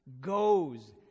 goes